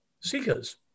seekers